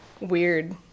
weird